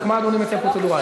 רק מה אדוני מציע פרוצדורלית?